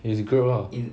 his group ah